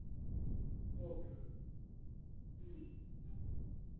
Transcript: okay ma'am ठीक